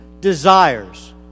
desires